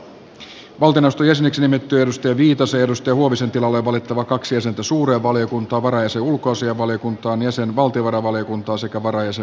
valtioneuvoston jäseniksi nimitettyjen pia viitasen ja susanna huovisen tilalle on valittava kaksi jäsentä suureen valiokuntaan varajäsen ulkoasiainvaliokuntaan jäsen valtiovarainvaliokuntaan sekä varajäsen ympäristövaliokuntaan